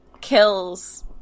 kills